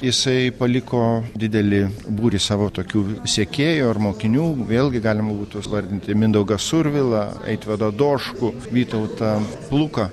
jisai paliko didelį būrį savo tokių sekėjų ar mokinių vėlgi galima būtų vardinti mindaugą survilą eitvydą doškų vytautą luką